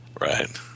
Right